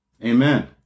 Amen